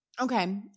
okay